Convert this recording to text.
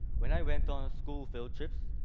when i went on school field trips,